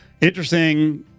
Interesting